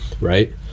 right